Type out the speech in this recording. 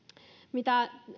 mitä